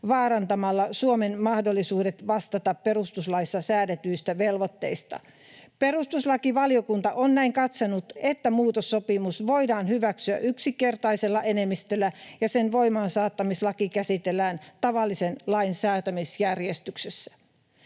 vaarantamalla Suomen mahdollisuudet vastata perustuslaissa säädetyistä velvoitteista. Perustuslakivaliokunta on näin katsonut, että muutossopimus voidaan hyväksyä yksinkertaisella enemmistöllä, ja sen voimaansaattamislaki käsitellään tavallisen lain säätämisjärjestyksessä.